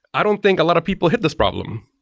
i don't think a lot of people hit this problem,